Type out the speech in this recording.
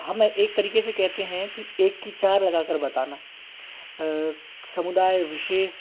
हमें एक तरीके से कहते हैं कि एक की चार लगा कर बताना समुदाय विशेष